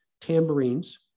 tambourines